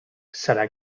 serà